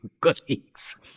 colleagues